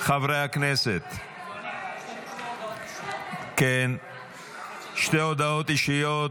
חברי הכנסת, שתי הודעות אישיות.